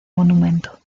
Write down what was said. monumento